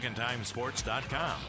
secondtimesports.com